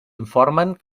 informen